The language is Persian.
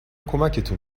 کمکتون